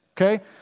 Okay